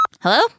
Hello